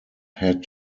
had